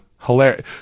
hilarious